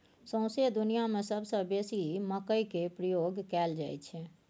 सौंसे दुनियाँ मे सबसँ बेसी मकइ केर प्रयोग कयल जाइ छै